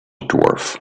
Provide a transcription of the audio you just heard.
dwarf